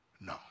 No